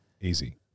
easy